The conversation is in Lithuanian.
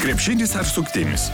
krepšinis ar suktinis